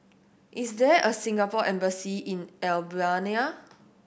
is there a Singapore Embassy in Albania